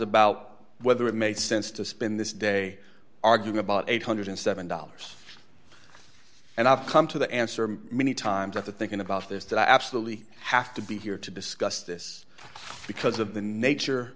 about whether it made sense to spend this day arguing about eight hundred and seven dollars and i've come to the answer many times after thinking about this that i absolutely have to be here to discuss this because of the nature